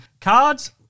cards